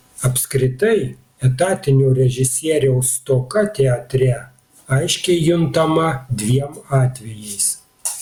apskritai etatinio režisieriaus stoka teatre aiškiai juntama dviem atvejais